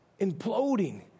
imploding